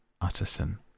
Utterson